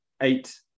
eight